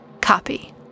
copy